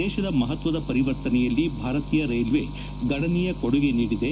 ದೇಶದ ಮಹತ್ವದ ಪರಿವರ್ತನೆಯಲ್ಲಿ ಭಾರತೀಯ ರೈಲ್ವೆ ಗಣನೀಯ ಕೊಡುಗೆ ನೀಡಿದೆ